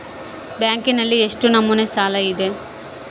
ಬ್ಯಾಂಕಿನಲ್ಲಿ ಎಷ್ಟು ನಮೂನೆ ಸಾಲ ಇದೆ?